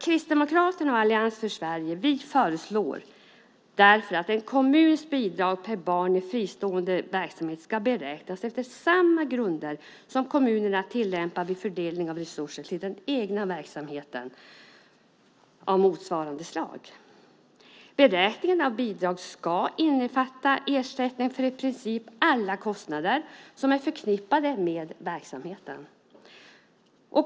Kristdemokraterna och Allians för Sverige föreslår därför att en kommuns bidrag per barn i fristående verksamhet ska beräknas efter samma grunder som kommunerna tillämpar vid fördelning av resurser till den egna verksamheten av motsvarande slag. Beräkningen av bidrag ska innefatta ersättning för i princip alla kostnader som är förknippade med verksamheten.